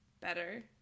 better